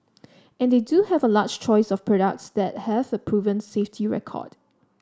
and they do have a large choice of products that have a proven safety record